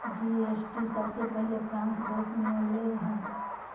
GST सबसे पहले France देश मे अइले हल